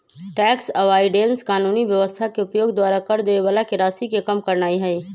tax avoidance कानूनी व्यवस्था के उपयोग द्वारा कर देबे बला के राशि के कम करनाइ हइ